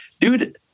Dude